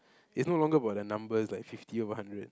it's no longer like about the numbers like fifty over hundred